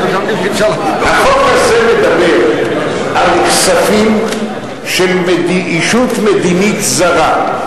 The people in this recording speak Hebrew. החוק הזה מדבר על כספים של ישות מדינית זרה.